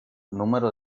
número